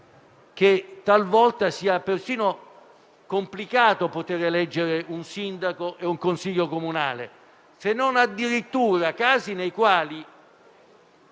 che, talvolta, sia persino complicato poter eleggere un sindaco e un consiglio comunale. Ci sono addirittura casi nei quali